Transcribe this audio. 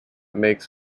makes